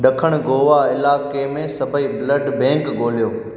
ड॒खिण गोवा इलाइके में सभई ब्लड बैंक ॻोल्हियो